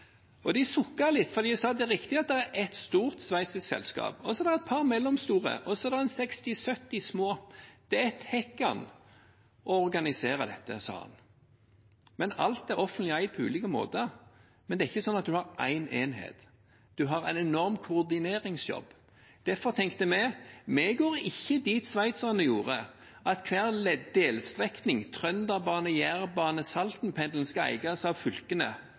De sukket litt, for de sa at det er riktig at det er ett stort sveitsisk selskap, så er det et par mellomstore, og så er det 60–70 små. Det er «et hekkan» å organisere dette, sa han. Alt er offentlig eid på ulike måter, men det er ikke sånn at en har én enhet. En har en enorm koordineringsjobb. Derfor tenkte vi: Vi går ikke dit sveitserne gjorde, at hver delstrekning – Trønderbanen, Jærbanen, Saltenpendelen – skal eies av fylkene,